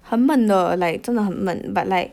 很闷的真的很闷 but like